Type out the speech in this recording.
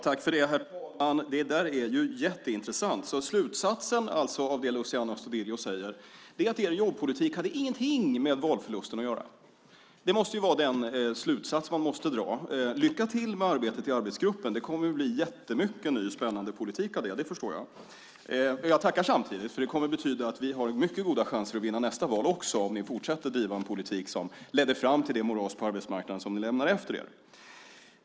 Herr talman! Det där är ju jätteintressant. Slutsatsen av det Luciano Astudillo säger är att er jobbpolitik inte hade någonting med valförlusten att göra. Det måste vara den slutsats man måste dra. Lycka till med arbetet i arbetsgruppen! Det kommer att bli jättemycket ny spännande politik av det. Det förstår jag. Jag tackar samtidigt, för det kommer att betyda att vi har mycket goda chanser att vinna nästa val om ni fortsätter att driva en politik som ledde fram till det moras på arbetsmarknaden som ni lämnade efter er.